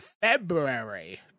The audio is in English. February